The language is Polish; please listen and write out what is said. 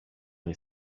nie